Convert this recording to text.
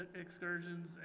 excursions